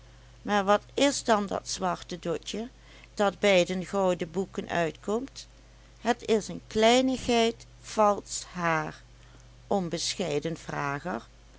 maar wat is dan dat zwarte dotje dat bij de gouden boeken uitkomt het is een kleinigheid valsch haar onbescheiden vrager